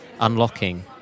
unlocking